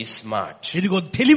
smart